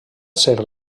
ser